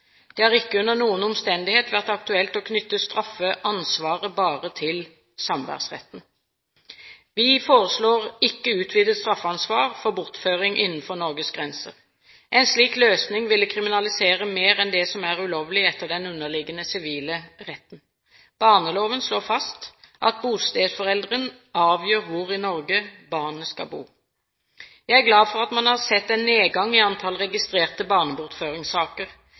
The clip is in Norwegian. Det har ikke under noen omstendighet vært aktuelt å knytte straffansvaret bare til samværsretten. Vi foreslår ikke utvidet straffansvar for bortføring innenfor Norges grenser. En slik løsning ville kriminalisere mer enn det som er ulovlig etter den underliggende sivile retten. Barneloven slår fast at bostedsforelderen avgjør hvor i Norge barnet skal bo. Jeg er glad for at man har sett en nedgang i antall registrerte barnebortføringssaker.